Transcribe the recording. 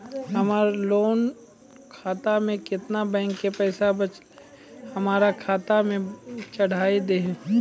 हमरा लोन खाता मे केतना बैंक के पैसा बचलै हमरा खाता मे चढ़ाय दिहो?